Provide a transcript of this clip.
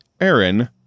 Aaron